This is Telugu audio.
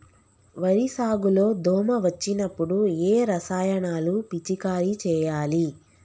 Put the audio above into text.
వరి సాగు లో దోమ వచ్చినప్పుడు ఏ రసాయనాలు పిచికారీ చేయాలి?